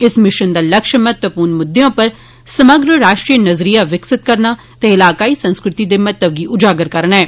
इस मिशन दा लक्ष्य महत्वपूर्ण मुद्दे उप्पर समग्र राष्ट्रीय नजरिया विकसित करना ते इलाकाई संस्कृतियें दे महत्व गी उजागर करना ऐ